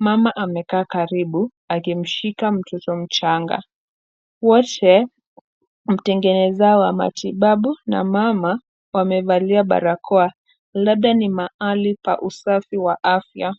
Mama amekaa karibu akimshika mtoto mchanga. Wote mtengeneza wa matibabu na mama wamevalia barakoa labda ni mahali pa usafi wa afya.